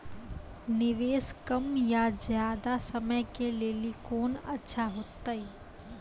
निवेश कम या ज्यादा समय के लेली कोंन अच्छा होइतै?